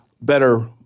better